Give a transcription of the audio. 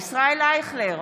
ישראל אייכלר,